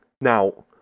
Now